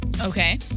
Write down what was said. Okay